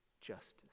justice